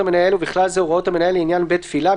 המנהל ובכלל זה הוראות המנהל לעניין בית תפילה,